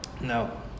No